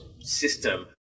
system